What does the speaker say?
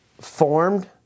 formed